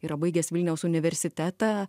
yra baigęs vilniaus universitetą